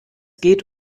geht